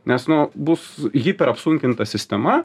nes nu bus hyper apsunkinta sistema